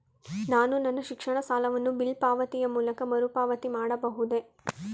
ನಾನು ನನ್ನ ಶಿಕ್ಷಣ ಸಾಲವನ್ನು ಬಿಲ್ ಪಾವತಿಯ ಮೂಲಕ ಮರುಪಾವತಿ ಮಾಡಬಹುದೇ?